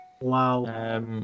Wow